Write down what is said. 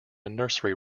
nursery